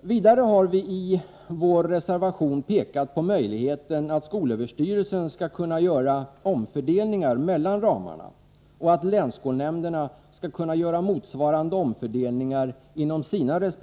Vidare har vi i vår reservation pekat på möjligheten att skolöverstyrelsen skulle kunna göra omfördelningar mellan ramarna och att länsskolnämnderna skulle kunna göra motsvarande omfördelningar inom sina resp.